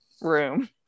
room